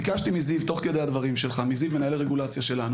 ביקשתי מזיו, מנהל הרגולציה שלנו,